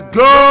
go